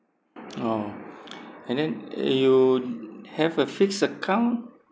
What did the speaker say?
oh and then you have a fixed account